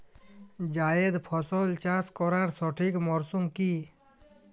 জায়েদ ফসল চাষ করার সঠিক মরশুম কি?